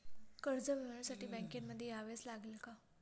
कर्ज मिळवण्यासाठी बँकेमध्ये यावेच लागेल का?